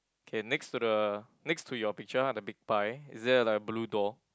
okay next to the next to your picture ah the big pie is there like a blue door